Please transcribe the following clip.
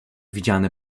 widziane